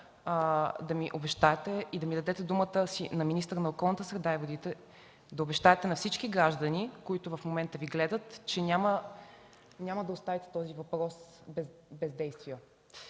да ми обещаете и да ми дадете думата си на министър на околната среда и водите, да обещаете на всички граждани, които в момента Ви гледат, че няма да оставите този въпрос без действия.